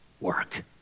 work